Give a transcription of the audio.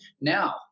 Now